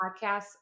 podcasts